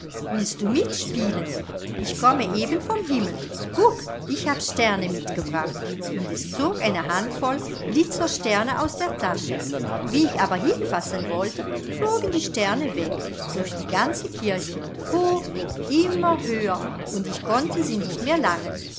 willst du mit spielen ich komme eben vom himmel guck ich hab sterne mitgebracht und es zog eine handvoll glitzersterne aus der tasche wie ich aber hinfassen wollte flogen die sterne weg durch die ganze kirche hoch immer höher und ich konnte sie nicht mehr